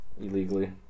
illegally